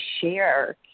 share